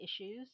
issues